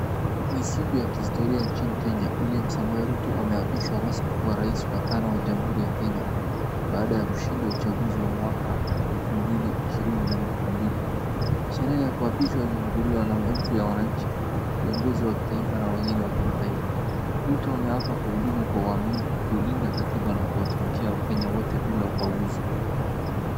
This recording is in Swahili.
Ni siku ya kihistoria nchini Kenya, William Samoei Ruto ameapishwa rasmi kuwa Rais wa tano wa Jamhuri ya Kenya baada ya kushinda uchaguzi wa mwaka elfu mbili ishirini na mbili. Sherehe ya kuapishwa imehudhuriwa na elfu ya wananchi, viongozi wa kitaifa na wengine wa kimataifa. Ruto ameaapa kuhudumu kwa uaminifu, kulinda katiba na kuwatumikia Wakenya wote bila ubaguzi.